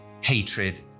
hatred